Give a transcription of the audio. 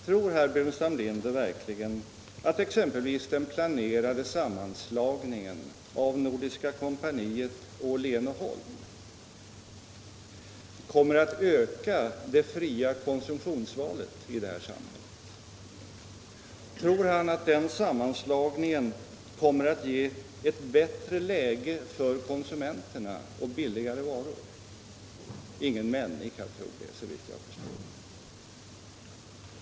Tror herr Burenstam Linder verkligen att exempelvis den planerade sammanslagningen av Nordiska Kompaniet och Åhlén & Holm kommer att öka det fria konsumtionsvalet i det här samhället? Tror herr Burenstam Linder att den sammanslagningen kommer att ge ett bättre läge för konsumenterna och billigare varor? Ingen människa tror det, såvitt jag förstår.